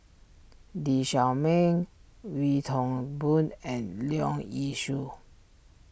Lee Shao Meng Wee Toon Boon and Leong Yee Soo